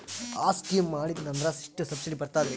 ಆ ಸ್ಕೀಮ ಮಾಡ್ಸೀದ್ನಂದರ ಎಷ್ಟ ಸಬ್ಸಿಡಿ ಬರ್ತಾದ್ರೀ?